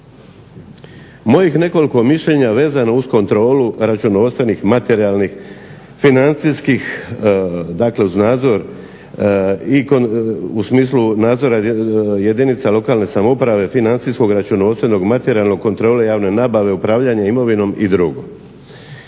mojih nekoliko mišljenja vezano uz kontrolu računovodstvenih, materijalnih, financijskih dakle uz nadzor i u smislu nadzora jedinica lokalne samouprave, financijskog, računovodstvenog, materijalnog, kontrole javne nabave, upravljanje imovinom i drugo.